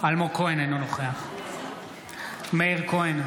אלמוג כהן, אינו נוכח מאיר כהן,